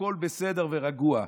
הכול בסדר ורגוע.